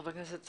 חבר הכנסת סעדי.